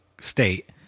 state